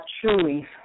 truly